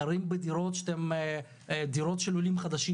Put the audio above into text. גרים בדירות של עולים חדשים,